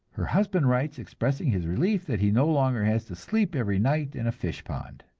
her husband writes, expressing his relief that he no longer has to sleep every night in a fish pond.